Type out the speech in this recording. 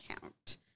count